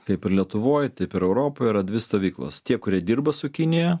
kaip ir lietuvoj taip ir europoj yra dvi stovyklos tie kurie dirba su kinija